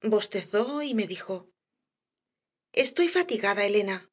bostezó y me dijo estoy fatigada elena